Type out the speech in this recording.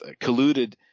colluded